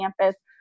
campus